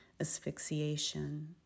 asphyxiation